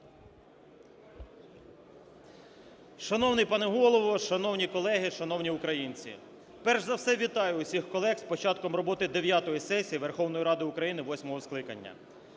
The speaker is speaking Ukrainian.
Шановний пане Голово! Шановні колеги! Шановні українці! Перш за все вітаю усіх колег з початком роботи дев'ятої сесії Верховної Ради України восьмого скликання.